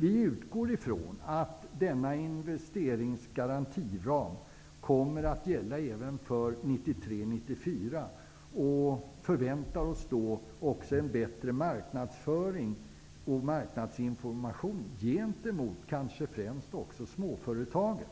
Vi utgår från att denna ram för investeringsgarantier kommer att gälla även för 1993/94. Vi förväntar oss då en bättre marknadsföring och marknadsinformation gentemot främst småföretagen.